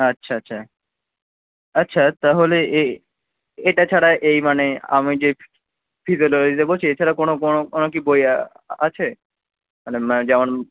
আচ্ছা আচ্ছা আচ্ছা তাহলে এটা ছাড়া এই মানে আমি যে ফিজিওলজিটা বলছি এছাড়া কোনো কোনো অন্য কি বই আছে মানে যেমন